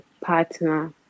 partner